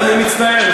אני מצטער.